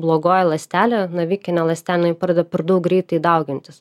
blogoji ląstelė navikinė ląstelė jinai pradeda per daug greitai daugintis